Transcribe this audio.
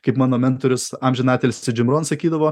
kaip mano mentorius amžinatilsį džim ron sakydavo